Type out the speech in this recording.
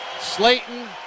Slayton